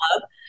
love